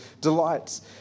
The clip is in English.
delights